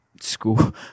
school